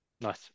nice